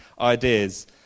ideas